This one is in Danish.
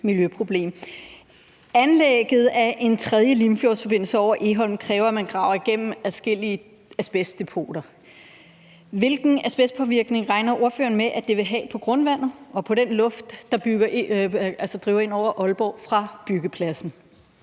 Anlægget af en tredje Limfjordsforbindelse over Egholm kræver, at man graver igennem adskillige asbestdepoter. Hvilken asbestpåvirkning regner ordføreren med at det vil have på grundvandet og på den luft, der driver ind over Aalborg fra byggepladsen?